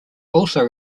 also